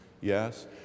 Yes